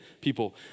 people